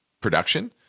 production